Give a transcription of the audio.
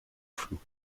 flou